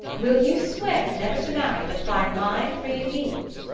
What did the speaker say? will you swear never to marry but by my free leave?